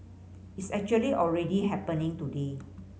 it's actually already happening today